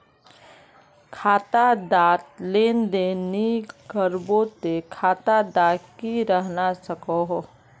खाता डात लेन देन नि करबो ते खाता दा की रहना सकोहो?